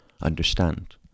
understand